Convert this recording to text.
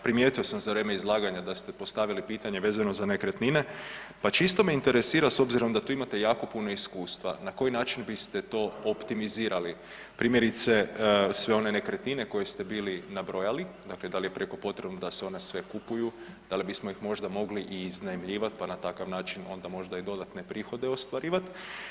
Primijetio sam za vrijeme izlaganja da ste postavili pitanje vezano za nekretnine, pa čisto me interesira s obzirom da tu imate jako puno iskustva na koji način biste to optimizirali primjerice sve one nekretnine koje ste bili nabrojali, dakle da li je prijeko potrebno da se one sve kupuju, da li bismo ih možda mogli i iznajmljivati pa na takav način onda možda i dodatne prihode ostvarivat?